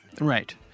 Right